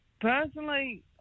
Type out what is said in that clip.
personally